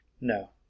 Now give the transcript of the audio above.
No